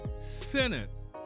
Senate